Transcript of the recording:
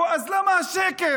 אז למה השקר?